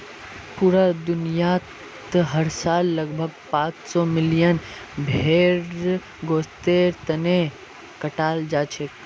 पूरा दुनियात हर साल लगभग पांच सौ मिलियन भेड़ गोस्तेर तने कटाल जाछेक